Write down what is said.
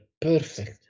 perfect